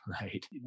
right